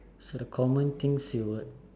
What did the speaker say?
so the common things you would